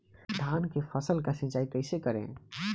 धान के फसल का सिंचाई कैसे करे?